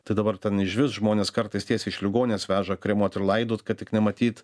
tai dabar ten išvis žmones kartais tiesiai iš ligoninės veža kremuot ir laidot kad tik nematyt